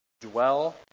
dwell